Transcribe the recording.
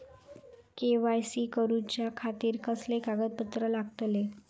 KYC करूच्या खातिर कसले कागद लागतले?